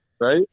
Right